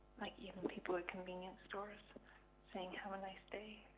like even people in convenience stores saying, have a nice day,